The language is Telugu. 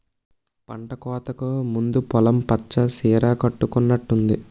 పంటకోతకు ముందు పొలం పచ్చ సీర కట్టుకునట్టుంది